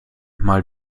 mal